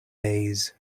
days